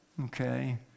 okay